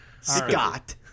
Scott—